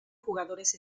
jugadores